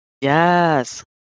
Yes